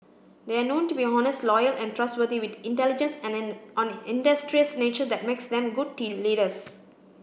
they are known to be honest loyal and trustworthy with intelligence and an industrious nature that makes them good leaders